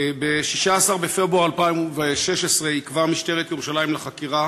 ב-16 בפברואר 2016 עיכבה משטרת ירושלים לחקירה